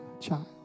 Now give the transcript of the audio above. child